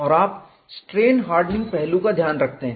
और आप strain hardening पहलू का ध्यान रखते हैं